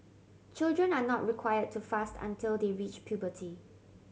children are not required to fast until they reach puberty